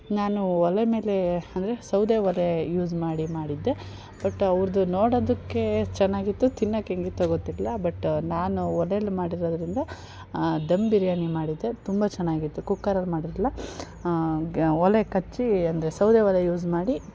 ನಾನು ಒಲೆ ಮೇಲೆ ಅಂದರೆ ಸೌದೆ ಒಲೆ ಯೂಸ್ ಮಾಡಿ ಮಾಡಿದ್ದೆ ಬಟ್ ಅವ್ರದ್ದು ನೋಡೋದಕ್ಕೆ ಚೆನ್ನಾಗಿತ್ತು ತಿನ್ನೋಕ್ಕೆ ಹೆಂಗಿತ್ತೋ ಗೊತ್ತಿಲ್ಲ ಬಟ್ ನಾನು ಒಲೆಲ್ಲಿ ಮಾಡಿರೋದರಿಂದ ದಮ್ ಬಿರಿಯಾನಿ ಮಾಡಿದ್ದೆ ತುಂಬ ಚೆನ್ನಾಗಿತ್ತು ಕುಕ್ಕರಲ್ಲಿ ಮಾಡಿರಲಿಲ್ಲ ಒಲೆ ಕಚ್ಚಿ ಅಂದರೆ ಸೌದೆ ಒಲೆ ಯೂಸ್ ಮಾಡಿ